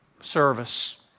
service